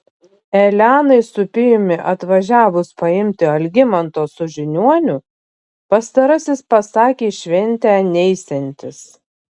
elenai su pijumi atvažiavus paimti algimanto su žiniuoniu pastarasis pasakė į šventę neisiantis